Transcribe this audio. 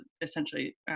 essentially